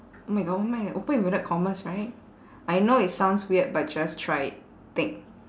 oh my god oh my open inverted commas right I know it sounds weird but just try it thing